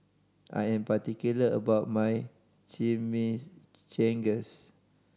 I am particular about my Chimichangas